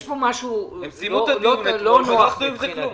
יש פה משהו לא נוח מבחינתי.